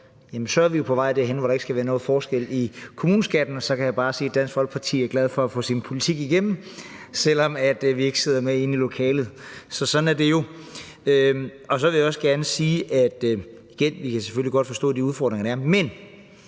for så er vi jo på vej derhen, hvor der ikke skal være nogen forskel på kommuneskatten, og så kan jeg bare sige, at Dansk Folkeparti er glade for at få sin politik igennem, selv om vi ikke sidder med inde i lokalet. Sådan er det jo. Så vil jeg også gerne sige, at vi selvfølgelig godt kan forstå de udfordringer, der